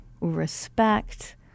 respect